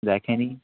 দেখেনি